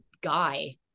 guy